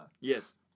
Yes